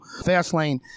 Fastlane